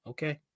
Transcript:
Okay